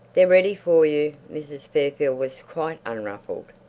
they're ready for you. mrs. fairfield was quite unruffled.